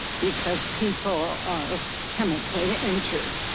because people are chemically injured.